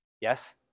Yes